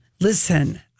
Listen